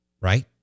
right